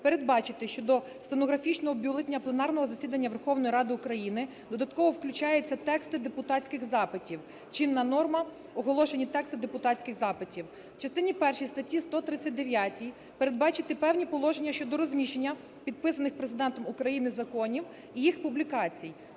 передбачити, що до стенографічного бюлетеня пленарного засідання Верховної Ради України додатково включаються тексти депутатських запитів (чинна норма – оголошені тексти депутатських запитів). В частині першій статті 139 передбачити певні положення щодо розміщення підписаних Президентом України законів і їх публікацій.